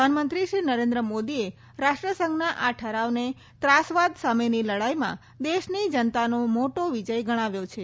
પ્રધાનમંત્રી શ્રી નરેન્દ્ર મોદીએ રાષ્ટ્રસંઘના આ ઠરાવને ત્રાસવાદ સામેની લડાઈમાં દેશની જનતાનો મોટો વિજય ગણાવ્યો હતો